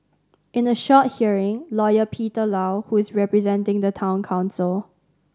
in a short hearing Lawyer Peter Low who is representing the Town Council